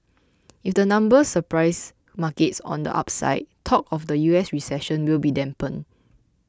if the numbers surprise markets on the upside talk of a U S recession will be dampened